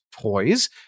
toys